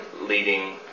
leading